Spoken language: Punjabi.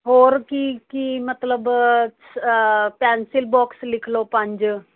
ਹੋਰ ਕੀ ਕੀ ਮਤਲਬ ਪੈਨਸਿਲ ਬੋਕਸ ਲਿਖ ਲਓ ਪੰਜ